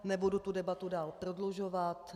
Nebudu debatu dál prodlužovat.